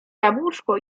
jabłuszko